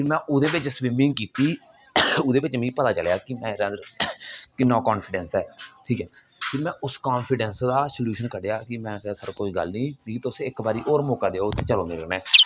फिर में ओहदे बिच स्बिमिंग कीती ओहदे बिच मिगी पता चलेआ कि मेरे अंदर किन्ना कान्फीडेंस ऐ ठीक ऐ फिर में उस कान्फीडेंस दा स्लोशन कड्ढेआ कि में कदें सर कोला मिकी तुस थोह्ड़ा जेहा होर मौका देओ ते चलो मेरे कन्नै